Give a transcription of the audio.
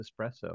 espresso